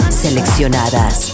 seleccionadas